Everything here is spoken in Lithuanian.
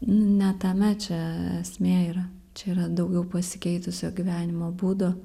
ne tame čia esmė yra čia yra daugiau pasikeitusio gyvenimo būdo